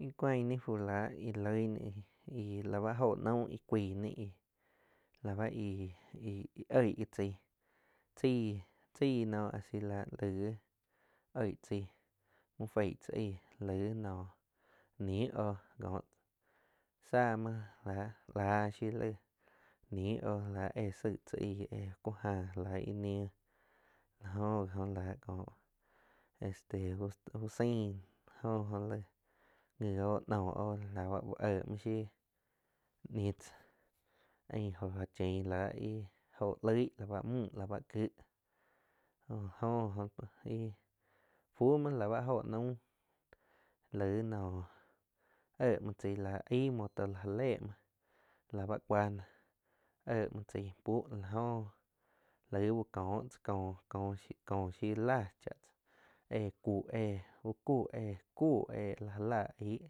Ih cuan ni fu la íh loí ná íh la bah jo naum íh cuain náh íh oig gi tzaih chaig no a si la laig ji oig tzai muh feig tzá aig laig noh ni oh kóh tza mhuo láh láh siuh laig ni oh lah éh saig tza aig éh cu ja la ih niu la jo ji oh láh ko este uh sain la jo oh laig nji oh noh oh la ba úh éh muo shiu ñiu tzá ain jo áh chein la ih jo log la ba mühg, kig jo lá jo ji oh íh fu muo la báh jo naum laig noh éh muo tsai lá aig muoh toh la ja le muo la bá cua noh eh muo tzai búh la go laig uh ko tzá co-co shiu láh cha tzá éh ku éh bu kó éh ku éh ja la aig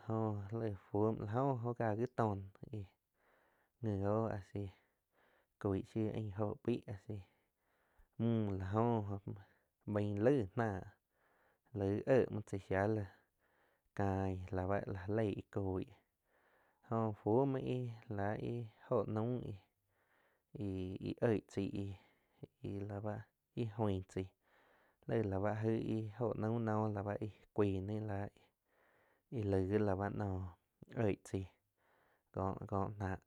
la jo ji laig fu muo la jo ji ka ji toh noh nji oh asi koig shiu aing óho peig a si mjü la jo oh bainj laig nah laig eh muo chai shia láh ccain la ba jalei íh coig jo fu muoh íh la íh óho naum íh-íh oig tzai-ih la bah ih oing tzaih lig la ba aig íh óho naum no la báh íh óho naum nola báh íh cuian nala íh laig gi la báh oig tzaí co-co náh.